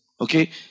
Okay